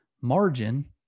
margin